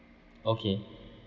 okay